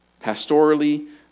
Pastorally